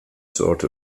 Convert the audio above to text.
sort